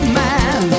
man